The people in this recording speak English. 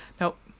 nope